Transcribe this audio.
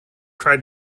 tried